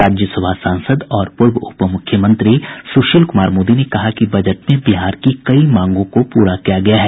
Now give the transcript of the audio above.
राज्यसभा सांसद और पूर्व उपमुख्यमंत्री सुशील कुमार मोदी ने कहा कि बजट में बिहार की कई मांगों को पूरा किया गया है